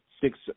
Six